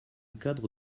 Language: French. cadre